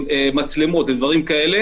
מצלמות ודברים כאלה